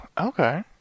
okay